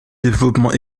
développement